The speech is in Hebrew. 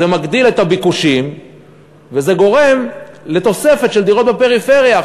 זה מגדיל את הביקושים וזה גורם לתוספת של דירות בפריפריה.